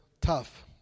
tough